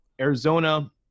Arizona